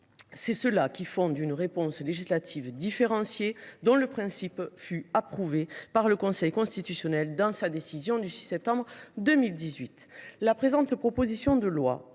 C’est ce qui fonde une réponse législative différenciée, dont le principe fut approuvé par le Conseil constitutionnel dans sa décision du 6 septembre 2018. La présente proposition de loi,